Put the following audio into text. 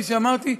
כפי שאמרתי,